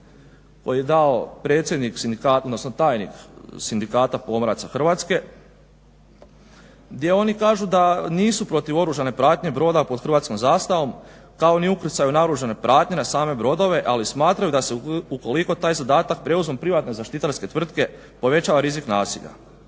odnosno tajnik Sindikata pomoraca Hrvatske gdje oni kažu da nisu protiv oružane pratnje broda pod hrvatskom zastavom, kao ni ukrcaju naoružane pratnje na same brodove, ali smatraju da se ukoliko taj zadatak preuzmu privatne zaštitarske tvrtke povećava rizik nasilja.